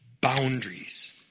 boundaries